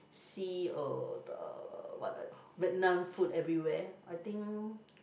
see uh the what ah the Vietnam food everywhere I think